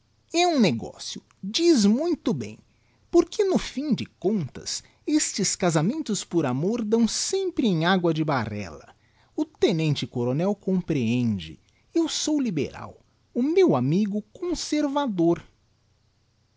um negocio diz muito bem porque no fim de contas estes casamentos por amor dão sempre em agua de barrella o tenente-coronel comprehende eu sou liberal o meu amigo conservador